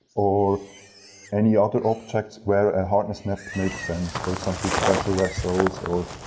or any other objects where a hardness map makes sense. for example, pressure vessels or,